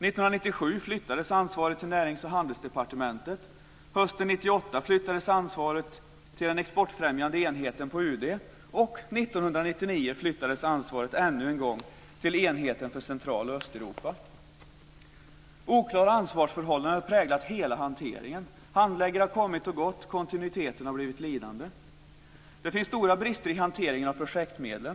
Ansvaret flyttades 1997 till UD, och 1999 flyttades ansvaret ännu en gång till enheten för Central och Östeuropa. Oklara ansvarsförhållanden har präglat hela hanteringen. Handläggare har kommit och gått. Kontinuiteten har blivit lidande. Det finns stora brister i hanteringen av projektmedlen.